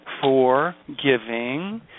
forgiving